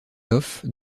offs